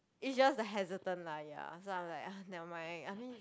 it just the hesitant lah !aiya! so I am like ah never mind I mean